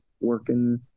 working